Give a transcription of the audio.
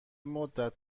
مدت